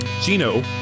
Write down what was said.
Gino